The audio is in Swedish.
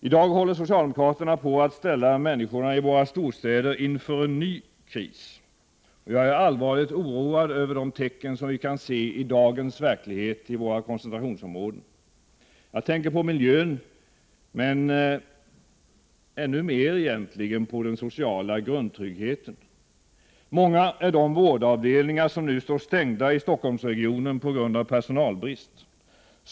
T dag håller socialdemokraterna på att ställa människorna i våra storstäder inför en ny kris. Jag är allvarligt oroad över de tecken som vi kan se i dagens verklighet i våra koncentrationsområden. Jag tänker på miljön, men ännu mer på den sociala grundtryggheten. Många är de vårdavdelningar som nu står stängda i Stockholmsregionen på grund av personalbrist.